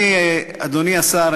אדוני השר,